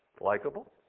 likable